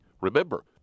Remember